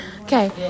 Okay